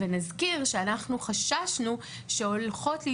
ונזכיר שאנחנו חששנו מזה שהולכות להיות